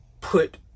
put